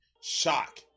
shock